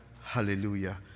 Hallelujah